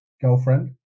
girlfriend